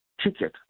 ticket